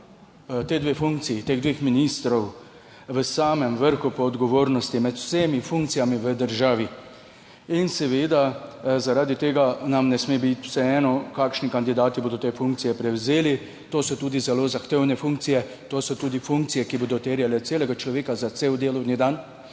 sta ti funkciji teh dveh ministrov v samem vrhu po odgovornosti med vsemi funkcijami v državi. In seveda zaradi tega nam ne sme biti vseeno, kakšni kandidati bodo te funkcije prevzeli. To so tudi zelo zahtevne funkcije. To so tudi funkcije, ki bodo terjale celega človeka za cel delovni dan.